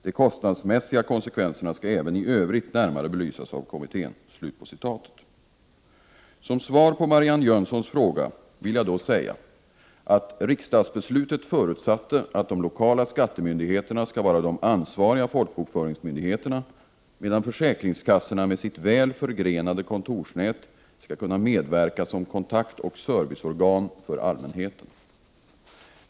De kostnadsmässiga konsekvenserna skall även i övrigt närmare belysas av kommittén.” Som svar på Marianne Jönssons fråga vill jag då säga att riksdagsbeslutet förutsatte att de lokala skattemyndigheterna skall vara de ansvariga folkbokföringsmyndigheterna, medan försäkringskassorna med sitt väl förgrenade kontorsnät skall kunna medverka som kontaktoch serviceorgan för allmänheten.